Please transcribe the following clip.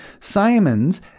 Simons